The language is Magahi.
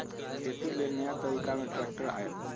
खेती लेल नया तरिका में ट्रैक्टर आयल